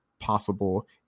possible